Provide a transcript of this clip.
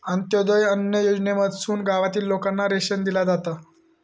अंत्योदय अन्न योजनेमधसून गावातील लोकांना रेशन दिला जाता